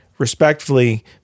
respectfully